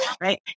right